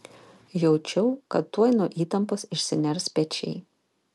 jaučiau kad tuoj nuo įtampos išsiners pečiai